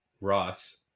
ross